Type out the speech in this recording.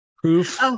Proof